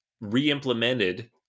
re-implemented